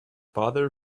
father